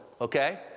okay